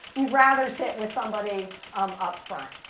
you'd rather sit with somebody um up front.